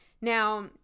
Now